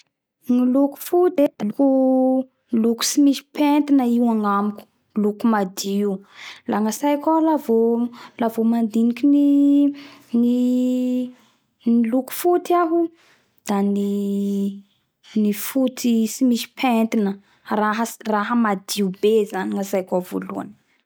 Gny loko foty e loko tsy lisy petina io agnamiko loko madio la gnatsaiko ao la vo mandiniky ny ny loko foty aho ooo da ny ny foty tsy misy paintina raha madio be zany gnatsaiko ao voalohany